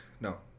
no